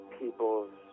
people's